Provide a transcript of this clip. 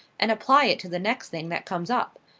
and apply it to the next thing that comes up.